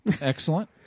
Excellent